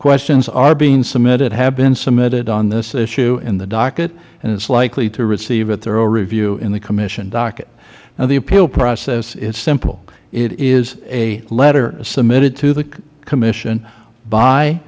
questions are being submitted have been submitted on this issue in the docket and it is likely to receive a thorough review in the commission docket now the appeal process is simple it is a letter submitted to the commission by